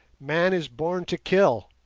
man is born to kill.